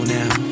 now